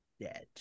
dead